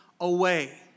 away